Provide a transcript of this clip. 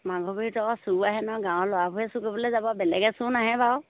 মাঘবিহুত আকৌ চোৰ আহে নহয় গাঁৱৰ ল'ৰাবোৰে চুৰ কৰিবলৈ যাব বেলেগ চোৰ নাহে বাৰু